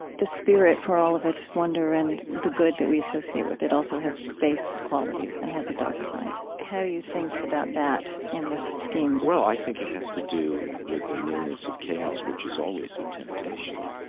the spirit, for all of its wonder and the good that we associate with it, also has base qualities and has a dark side. how do you think about that in this scheme? well, i think it has to do with the nearness of chaos, which is always a temptation.